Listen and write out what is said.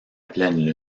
pleine